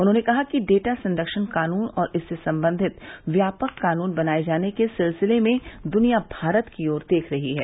उन्होंने कहा कि डेटा संरक्षण कानून और इससे संबंधित व्यापक कानून बनाए जाने के सिलसिले में दुनिया भारत की ओर देख रही है